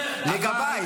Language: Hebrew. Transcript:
לגביי,